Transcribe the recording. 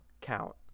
count